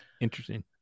interesting